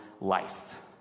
life